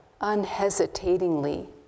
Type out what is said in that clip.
unhesitatingly